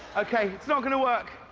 okay it's not going to work,